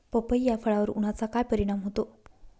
पपई या फळावर उन्हाचा काय परिणाम होतो?